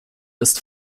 ist